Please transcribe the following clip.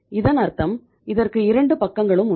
இதன் அர்த்தம் இதற்கு இரெண்டு பக்கங்களும் உண்டு